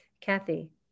Kathy